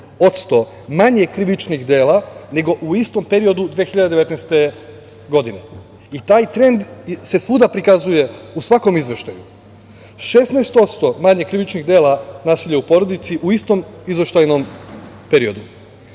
odsto manje krivičnih dela nego u istom periodu 2019. godine. Taj trend se svuda prikazuje, u svakom izveštaju, dakle, 16% manje krivičnih dela nasilja u porodici u istom izveštajnom periodu.